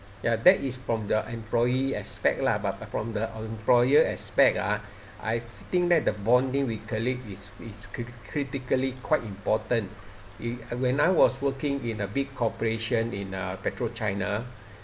ya that is from the employee aspect lah but from the employer aspect ah I think that the bonding with colleague is is cri~ critically quite important eh when I was working in a big corporation in uh Petrochina